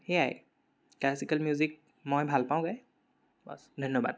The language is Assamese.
সেয়াই ক্লাছিকেল মিউজিক মই ভাল পাওঁ গাই বচ ধন্যবাদ